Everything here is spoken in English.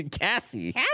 cassie